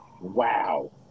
Wow